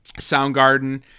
Soundgarden